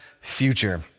future